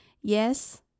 Yes